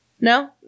No